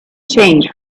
change